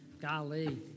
golly